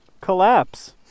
collapse